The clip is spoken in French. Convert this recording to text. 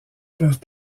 peuvent